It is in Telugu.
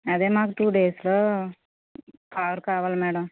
అదే మాకు టూ డేస్లో కార్ కావాలి మేడం